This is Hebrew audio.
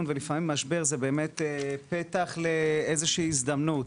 ולפעמים משבר זה באמת פתח לאיזו שהיא הזדמנות.